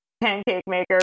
pancake-maker